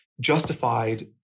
justified